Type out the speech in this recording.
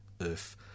earth